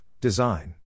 Design